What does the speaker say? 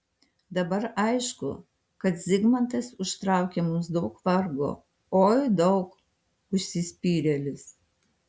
dabar aišku kad zigmantas užtraukė mums daug vargo oi daug užsispyrėlis